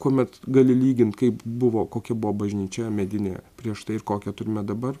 kuomet gali lygint kaip buvo kokia buvo bažnyčia medinė prieš tai ir kokią turime dabar